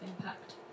impact